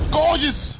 gorgeous